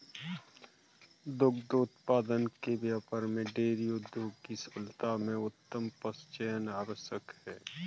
दुग्ध उत्पादन के व्यापार में डेयरी उद्योग की सफलता में उत्तम पशुचयन आवश्यक है